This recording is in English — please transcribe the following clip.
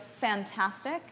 fantastic